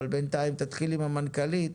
אבל בינתיים תתחיל עם המנכ"לית